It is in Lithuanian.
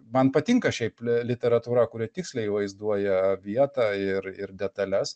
man patinka šiaip literatūra kuri tiksliai vaizduoja vietą ir ir detales